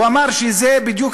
והוא אמר שזה בדיוק,